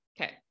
Okay